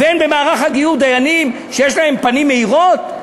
אין במערך הגיור דיינים שיש להם פנים מאירות?